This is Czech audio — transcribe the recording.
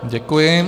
Děkuji.